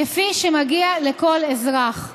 כפי שמגיע לכל אזרח.